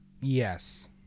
Yes